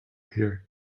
here